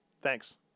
Thanks